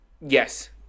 Yes